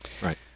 right